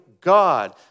God